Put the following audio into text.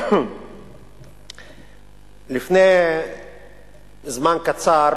לפני זמן קצר